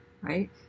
right